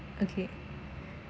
okay